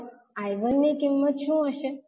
હવે I1 ની કિંમત શું હશે